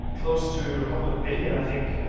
close to a couple of billion i think,